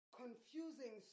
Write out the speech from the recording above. confusing